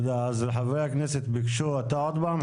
חברי הכנסת ביקשו לדבר.